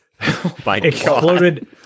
Exploded